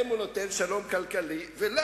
כולם אמרו: נשפוך, מנועי צמיחה וכו',